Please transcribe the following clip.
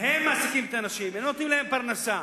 הם מעסיקים את האנשים, הם נותנים להם פרנסה.